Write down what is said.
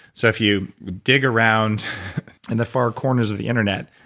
so if you dig around in the far corners of the internet,